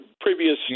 previous